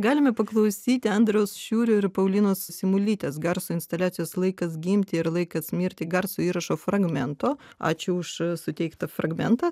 galime paklausyti andriaus šiurio ir paulinos simulytės garso instaliacijos laikas gimti ir laikas mirti garso įrašo fragmento ačiū už suteiktą fragmentą